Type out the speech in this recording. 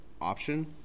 option